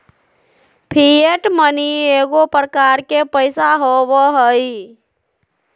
fiat money एगो प्रकार के पैसा होबो हइ